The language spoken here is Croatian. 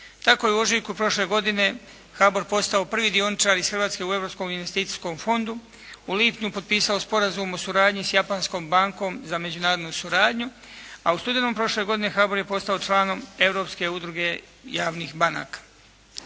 Tako je u ožujku prošle godine HABOR postao prvi dioničar iz Hrvatske u Europskom investicijskom fondu. U lipnju potpisao Sporazum o suradnji s japanskom Bankom za međunarodnu suradnju, a u studenom prošle godine HABOR je postao članom Europske udruge javnih banaka.